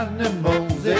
Animals